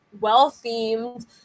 well-themed